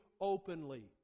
openly